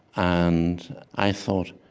and i thought,